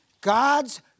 God's